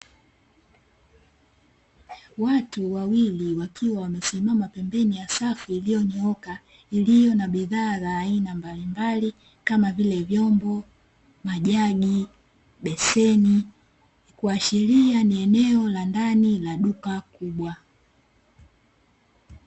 Watu wawili wakiwa wamesimama pembeni ya safu iliyonyooka, iliyo na bidhaa za aina mbalimbali kama vile: vyombo, majagi, beseni, kuashiria ni eneo la ndani la duka kubwa.